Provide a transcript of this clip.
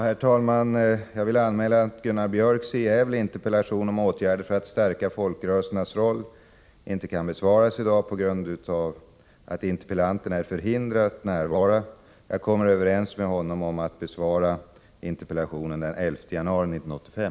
Herr talman! Jag vill anmäla att Gunnar Björks i Gävle interpellation om åtgärder för att stärka folkrörelsernas roll inte kan besvaras i dag på grund av att interpellanten är förhindrad att närvara. Jag har kommit överens med Gunnar Björk om att besvara interpellationen den 11 januari 1985.